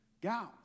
gals